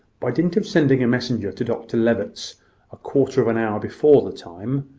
by dint of sending a messenger to dr levitt's a quarter of an hour before the time,